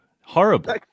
horrible